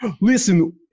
Listen